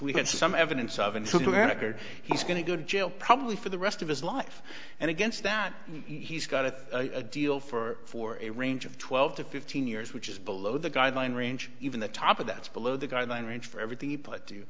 see some evidence of an america he's going to go to jail probably for the rest of his life and against that he's got a deal for for a range of twelve to fifteen years which is below the guideline range even the top of that's below the guideline range for everything